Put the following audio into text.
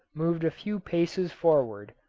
moved a few paces forward,